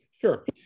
Sure